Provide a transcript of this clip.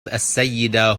السيدة